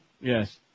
Yes